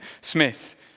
Smith